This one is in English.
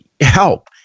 help